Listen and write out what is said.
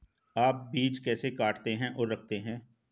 आप बीज कैसे काटते और रखते हैं?